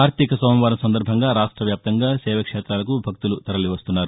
కార్తీక సోమవారం సందర్భంగా రాష్ట్ర వ్యాప్తంగా శైవ క్షేతాలకు భక్తులు తరలివస్తున్నారు